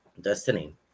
Destiny